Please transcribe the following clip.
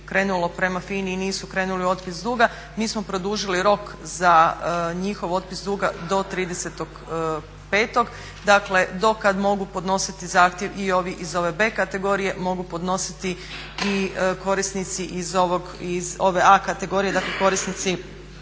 krenulo prema FINA-i i nisu krenuli u otpis duga, mi smo produžili rok za njihov otpis duga do 30.5., dakle do kada mogu podnositi zahtjev i ovi iz ove B kategorije, mogu podnositi i korisnici iz ove A kategorije, dakle korisnici